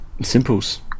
Simples